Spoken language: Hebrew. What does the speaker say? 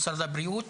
משרד הבריאות,